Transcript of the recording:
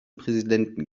präsidenten